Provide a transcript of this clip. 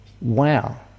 Wow